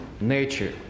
nature